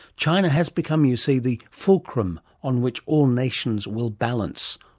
china has become, you see, the fulcrum on which all nations will balance,